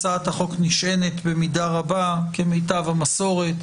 הצעת החוק נשענת, במידה רבה כמיטב המסורת,